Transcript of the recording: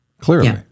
Clearly